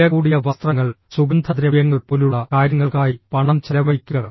വിലകൂടിയ വസ്ത്രങ്ങൾ സുഗന്ധദ്രവ്യങ്ങൾ പോലുള്ള കാര്യങ്ങൾക്കായി പണം ചെലവഴിക്കുക